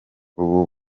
ubu